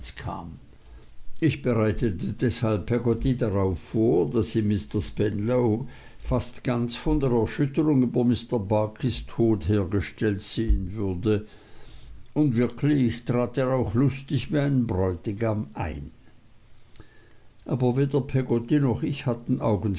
kam ich bereitete deshalb peggotty darauf vor daß sie mr spenlow fast ganz von der erschütterung über mr barkis tod hergestellt sehen würde und wirklich trat er auch lustig wie ein bräutigam ein aber weder peggotty noch ich hatten